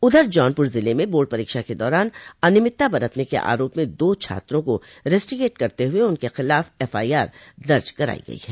उधर जौनपुर जिले में बोर्ड परीक्षा के दौरान अनियमितता बरतने के आरोप में दो छात्रों को रेस्टीकेट करते हुए उनके खिलाफ एफआईआर दर्ज कराई गई है